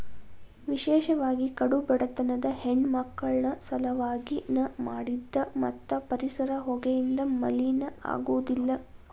ವಿಶೇಷವಾಗಿ ಕಡು ಬಡತನದ ಹೆಣ್ಣಮಕ್ಕಳ ಸಲವಾಗಿ ನ ಮಾಡಿದ್ದ ಮತ್ತ ಪರಿಸರ ಹೊಗೆಯಿಂದ ಮಲಿನ ಆಗುದಿಲ್ಲ